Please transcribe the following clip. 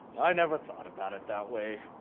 i never thought about it that way.